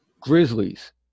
Grizzlies